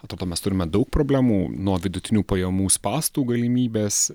o tada tada mes turime daug problemų nuo vidutinių pajamų spąstų galimybės